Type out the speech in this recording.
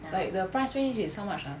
like the price range is how much ah